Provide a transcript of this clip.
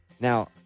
Now